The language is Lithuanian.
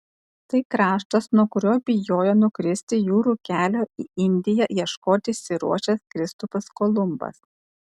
tai kraštas nuo kurio bijojo nukristi jūrų kelio į indiją ieškoti išsiruošęs kristupas kolumbas